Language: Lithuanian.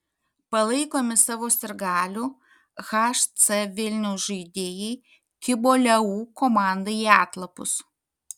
palaikomi savo sirgalių hc vilniaus žaidėjai kibo leu komandai į atlapus